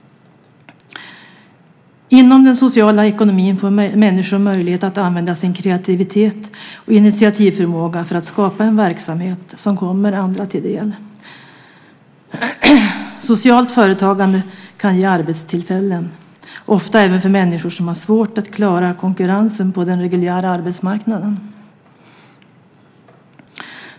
Inom den sociala ekonomin får människor möjlighet att använda sin kreativitet och initiativförmåga för att skapa en verksamhet som kommer andra till del. Socialt företagande kan ge arbetstillfällen och ofta även för människor som har svårt att klara konkurrensen på den reguljära arbetsmarknaden.